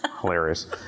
hilarious